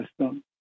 system